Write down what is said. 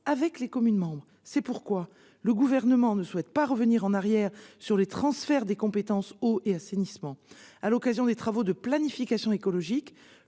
avec les communes membres. C'est pourquoi le Gouvernement ne souhaite pas revenir en arrière sur les transferts des compétences eau et assainissement. À l'occasion des travaux de planification écologique,